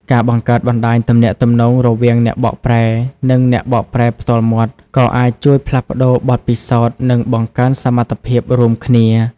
ការបង្កើតបណ្តាញទំនាក់ទំនងរវាងអ្នកបកប្រែ និងអ្នកបកប្រែផ្ទាល់មាត់ ក៏អាចជួយផ្លាស់ប្តូរបទពិសោធន៍ និងបង្កើនសមត្ថភាពរួមគ្នា។